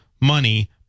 money